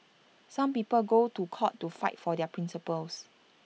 some people go to court to fight for their principles